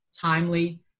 timely